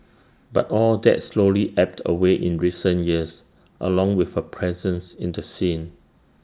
but all that slowly ebbed away in recent years along with her presence in the scene